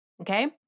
Okay